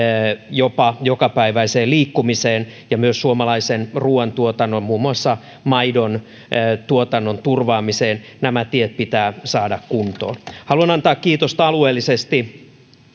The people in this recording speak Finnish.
jopa jokapäiväiseen liikkumiseen ja myös suomalaisen ruoantuotannon muun muassa maidontuotannon turvaamiseen pitää saada kuntoon haluan antaa kiitosta alueellisesti